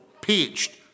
pitched